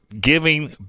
Giving